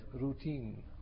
routine